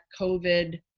COVID